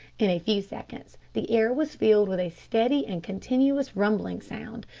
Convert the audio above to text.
in a few seconds the air was filled with a steady and continuous rumbling sound,